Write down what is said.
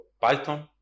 Python